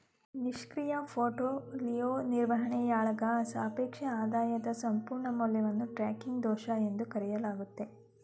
ನಿಷ್ಕ್ರಿಯ ಪೋರ್ಟ್ಫೋಲಿಯೋ ನಿರ್ವಹಣೆಯಾಳ್ಗ ಸಾಪೇಕ್ಷ ಆದಾಯದ ಸಂಪೂರ್ಣ ಮೌಲ್ಯವನ್ನು ಟ್ರ್ಯಾಕಿಂಗ್ ದೋಷ ಎಂದು ಕರೆಯಲಾಗುತ್ತೆ